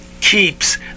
keeps